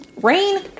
Rain